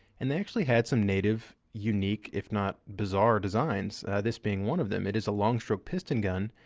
and they actually had some native, unique, if not bizarre designs. this being one of them. it is a long-stroke piston gun,